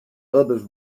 others